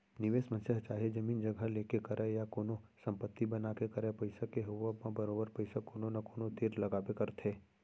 निवेस मनसे ह चाहे जमीन जघा लेके करय या अउ कोनो संपत्ति बना के करय पइसा के होवब म बरोबर पइसा कोनो न कोनो तीर लगाबे करथे